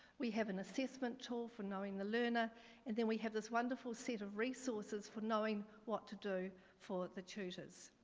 we have an assessment tool for knowing the learner and then we have this wonderful seed of resources for knowing what to do for the tutors.